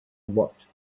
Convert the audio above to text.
watched